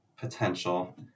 potential